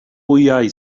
wyau